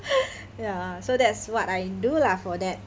ya so that's what I do lah for that